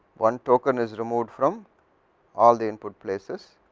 one token is removed from all the input places